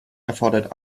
erfordert